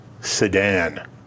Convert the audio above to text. sedan